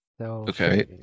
Okay